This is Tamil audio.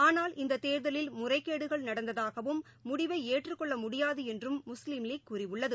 ஆனால் இந்ததேர்தலில் முறைகேடுகள் நடந்ததாகவும் முடிவைஏற்றுக் கொள்ளமுடியாதுஎன்றும் முஸ்லீம் லீக் கூறியுள்ளது